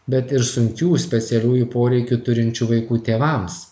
bet ir sunkių specialiųjų poreikių turinčių vaikų tėvams